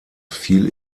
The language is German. fiel